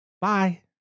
Bye